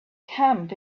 camp